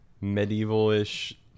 medieval-ish